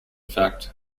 fact